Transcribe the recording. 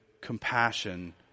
compassion